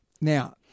Now